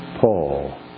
Paul